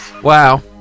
Wow